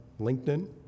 LinkedIn